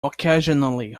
occasionally